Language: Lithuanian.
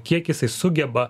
kiek jisai sugeba